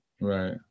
Right